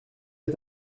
est